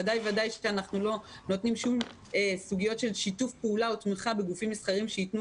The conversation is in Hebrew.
בוודאי שאנחנו לא נותנים שום שיתוף פעולה לגופים מסחריים שיתנו